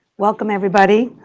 welcome, everybody.